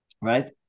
right